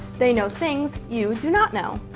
they know things you do not know